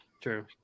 True